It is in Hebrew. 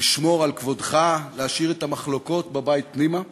לשמור על כבודך, להשאיר את המחלוקות בבית פנימה.